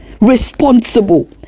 Responsible